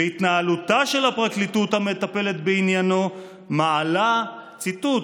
והתנהלותה של הפרקליטות המטפלת בעניינו "מעלה" ציטוט,